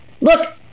look